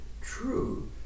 true